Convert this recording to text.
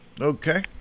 Okay